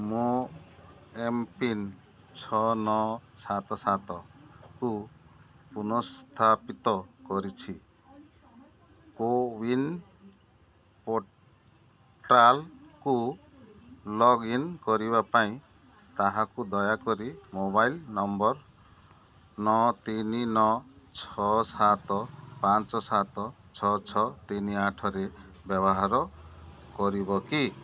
ମୋ ଏମ୍ପିନ୍ ଛଅ ନଅ ସାତ ସାତକୁ ପୁନଃସ୍ଥାପିତ କରିଛି କୋୱିନ ପୋର୍ଟାଲ୍କୁ ଲଗ୍ଇନ୍ କରିବା ପାଇଁ ତାହାକୁ ଦୟାକରି ମୋବାଇଲ୍ ନମ୍ବର୍ ନଅ ତିନି ନଅ ଛଅ ସାତ ପାଞ୍ଚ ସାତ ଛଅ ଛଅ ତିନି ଆଠରେ ବ୍ୟବହାର କରିବ କି